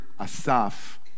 Asaf